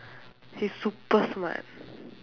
he is super smart